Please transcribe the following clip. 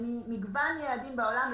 ממגוון יעדים בעולם,